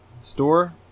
store